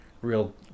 real